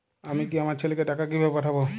আমি আমার ছেলেকে টাকা কিভাবে পাঠাব?